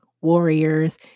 warriors